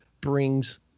brings